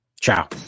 Ciao